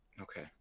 Okay